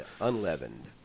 unleavened